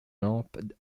lampes